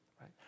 right